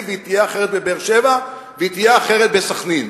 והיא תהיה אחרת בבאר-שבע והיא תהיה אחרת בסח'נין,